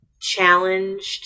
challenged